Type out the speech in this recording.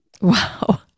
wow